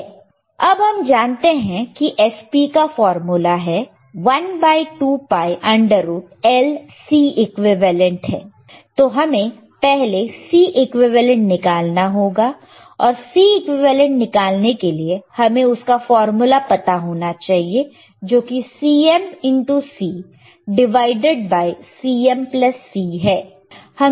अब हम जानते हैं कि fp का formula 1 by 2 pi under root of LCequivalent है तो हमें पहले Cequivalent निकालना होगा और Cequivalent निकालने के लिए हमें उसका फार्मूला पता होना चाहिए जो कि CM into C divided by CM plus C है